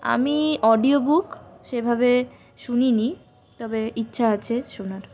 আমি audio book সেভাবে শুনিনি তবে ইচ্ছা আছে শোনার